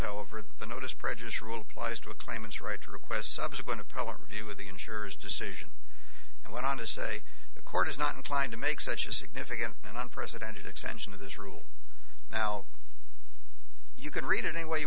however the notice prejudice rule applies to a claim its right to request subsequent to problem review of the insurers decision and went on to say the court is not inclined to make such a significant and unprecedented extension of this rule now you can read it any way you